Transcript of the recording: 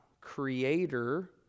creator